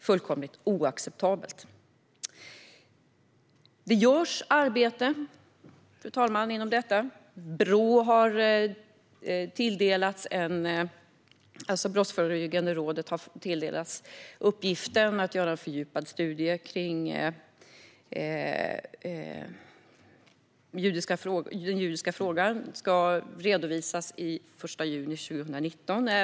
Det utförs arbete på detta område. Brottsförebyggande rådet har tilldelats uppgiften att göra en fördjupad studie om den judiska frågan, som ska redovisas den 1 juni 2019.